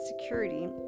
security